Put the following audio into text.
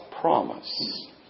promise